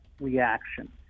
reaction